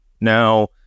Now